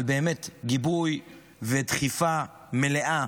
באמת על גיבוי ודחיפה מלאה